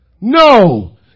No